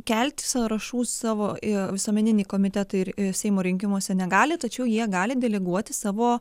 kelti sąrašų savo į visuomeninį komitetą ir seimo rinkimuose negali tačiau jie gali deleguoti savo